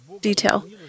detail